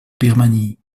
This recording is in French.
birmanie